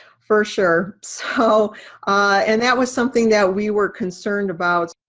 for sure. so, and that was something that we were concerned about,